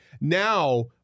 now